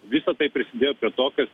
visa tai prisidėjo prie to kas